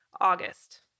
August